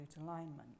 alignment